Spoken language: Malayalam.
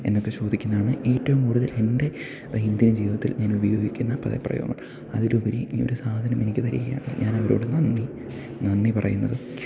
എന്നൊക്കെ ചോദിക്കുന്നതാണ് ഏറ്റവും കൂടുതൽ എൻ്റെ ദൈന്യംദിന ജീവിതത്തിൽ ഞാൻ ഉപയോഗിക്കുന്ന പദപ്രയോങ്ങൾ അതിലുപരി ഈ ഒരു സാധനം എനിക്ക് തരികയാണ് ഞാൻ അവരോട് നന്ദി നന്ദി പറയുന്നത്